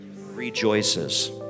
rejoices